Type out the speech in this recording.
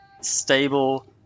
stable